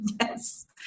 Yes